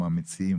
שהוא מהמציעים,